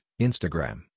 Instagram